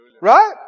Right